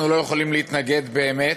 אנחנו לא יכולים להתנגד באמת.